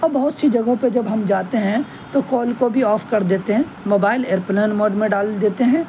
اور بہت سی جگہوں پہ جب ہم جاتے ہیں تو کال کو بھی آف کر دیتے ہیں موبائل ایئرپلین موڈ میں ڈال دیتے ہیں